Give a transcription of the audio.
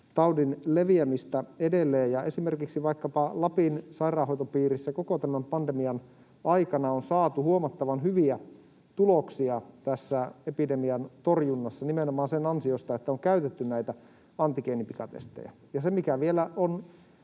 taudin leviämistä edelleen. Esimerkiksi vaikkapa Lapin sairaanhoitopiirissä koko tämän pandemian aikana on saatu huomattavan hyviä tuloksia epidemian torjunnassa nimenomaan sen ansiosta, että on käytetty näitä antigeenipikatestejä. Ja se, mikä vielä on